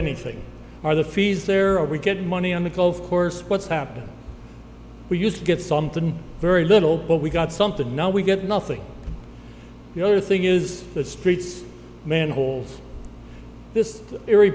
anything are the fees there are we get money on the golf course what's happening we used to get something very little but we got something no we get nothing the other thing is the streets manholes this eerie